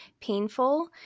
painful